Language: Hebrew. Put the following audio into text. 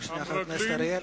רק רגע, חבר הכנסת אריאל.